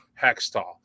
Hextall